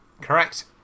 Correct